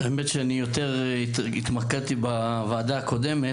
האמת היא שאני יותר התמקדתי בוועדה הקודמת,